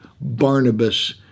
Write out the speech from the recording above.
Barnabas